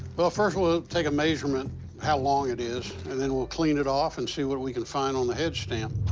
well, first we'll take a measurement of how long it is, and then we'll clean it off and see what we can find on the head stamp.